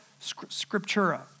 scriptura